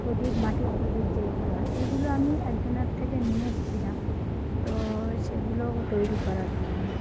প্রদীপ মার্টির প্রদীপ যেগুলো হয় এইগুলো আমি একজনের থেকে নিয়ে এসেছিলাম তো সেগুলো তৈরি করার জন্য